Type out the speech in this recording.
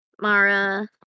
Mara